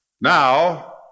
Now